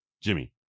Jimmy